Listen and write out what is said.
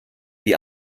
die